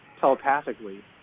telepathically